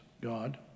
God